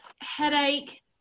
headache